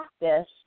practice